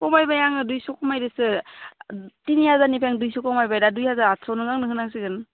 खमायबाय आङो दुइस' खमायदोसो थिनि हाजारनिफ्राय आं दुइस' खमायबाय दा दुइ हाजार आथस' नों आंनो होनांसिगोन